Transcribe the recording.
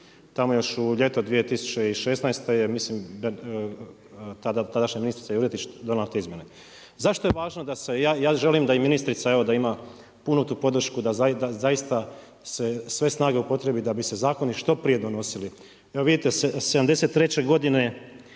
tamo još u ljeto 2016. mislim tadašnja ministrica Juretić donijela te izmjene. Zašto je važno da se ja želim da i ministrica da ima tu punu podršku da zaista se sve snage upotrijebe da bi se zakoni što prije donosili. Evo vidite, '73. godine